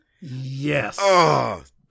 Yes